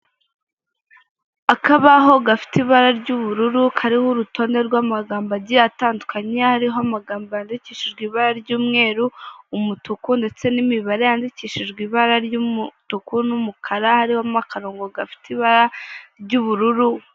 Akabaho gafite ibara ry'ubururu kariho urutonde rw'amagambo agiye atandukanye hariho amagambo yandikishijwe ibara ry'umweru, umutuku ndetse n'imibare yandikishijwe ibara ry'umutuku n'umukara harimo akarongo gafite ibara ry'ubururu.